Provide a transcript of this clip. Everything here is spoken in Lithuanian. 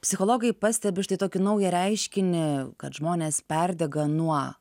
psichologai pastebi štai tokį naują reiškinį kad žmonės perdega nuo